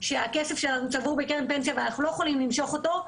שהכסף שלנו צבור בקרן פנסיה ואנחנו לא יכולות למשוך אותו,